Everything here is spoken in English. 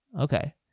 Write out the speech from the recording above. Okay